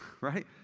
right